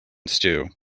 stew